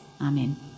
Amen